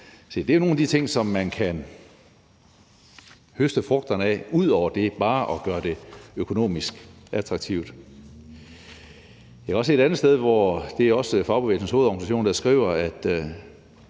det er nogle af de ting, man kan høste frugterne af ud over bare at gøre det økonomisk attraktivt. Der er også et andet sted, hvor Fagbevægelsens Hovedorganisation skriver, at